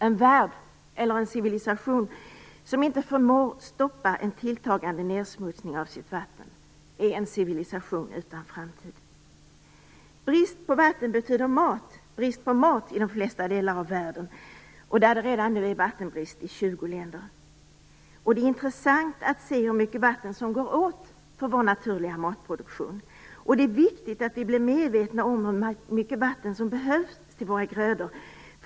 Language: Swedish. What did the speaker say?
En värld eller en civilisation som inte förmår stoppa en tilltagande nedsmutsning av sitt vatten är en civilisation utan framtid. Brist på vatten betyder brist på mat i de flesta delar av världen. Det är redan nu vattenbrist i 20 länder. Det är intressant att se hur mycket vatten som går åt för vår naturliga matproduktion. Det är viktigt att vi blir medvetna om hur mycket vatten som behövs till våra grödor.